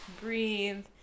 breathe